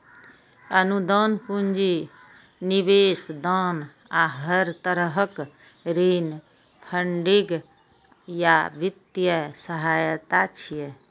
अनुदान, पूंजी निवेश, दान आ हर तरहक ऋण फंडिंग या वित्तीय सहायता छियै